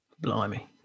Blimey